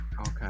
Okay